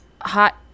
Hot